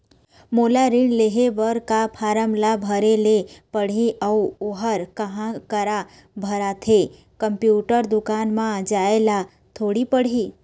मोला ऋण लेहे बर का फार्म ला भरे ले पड़ही अऊ ओहर कहा करा भराथे, कंप्यूटर दुकान मा जाए ला थोड़ी पड़ही?